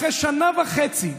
אחרי שנה וחצי,